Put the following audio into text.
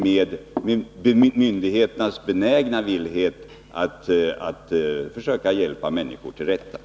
När olägenheter uppstår måste det bli en prövning från fall till fall.